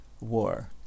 war